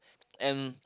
and